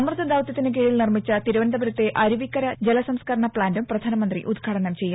അമ്യത് ദൌത്യത്തിന് കീഴിൽ നിർമ്മിച്ച തിരുവനന്തപുരത്തെ അരുവിക്കര ജലസംസ്കരണ പ്ലാന്റും പ്രധാനമന്ത്രി ഉദ്ഘാടനം ചെയ്യും